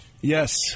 Yes